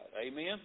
Amen